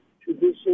tradition